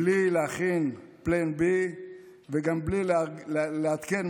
בלי להכין Plan B וגם בלי לעדכן,